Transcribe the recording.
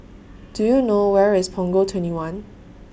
Do YOU know Where IS Punggol twenty one